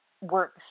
work